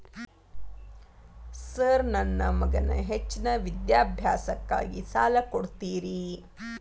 Sir ನನ್ನ ಮಗನ ಹೆಚ್ಚಿನ ವಿದ್ಯಾಭ್ಯಾಸಕ್ಕಾಗಿ ಸಾಲ ಕೊಡ್ತಿರಿ?